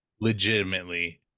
legitimately